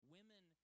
Women